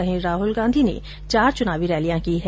वहीं राहल गांधी ने चार चुनावी रैलियां की है